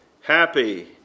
Happy